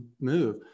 move